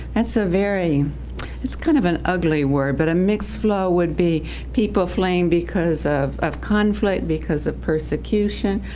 that's a very it's kind of an ugly word, but a mixed flow would be people fleeing because of of conflict, because of persecution,